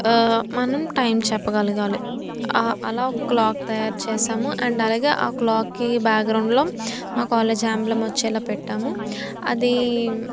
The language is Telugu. మనం టైం చెప్పగలగాలి అలా ఒక క్లాక్ తయారు చేసాము అండ్ అలాగే ఆ క్లాక్కి బ్యాక్గ్రౌండ్లో మా కాలేజ్ యాంబ్లమ్ వచ్చేలాగా పెట్టాము అదీ